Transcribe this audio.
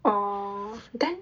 oh then